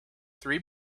three